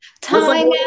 time